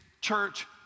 church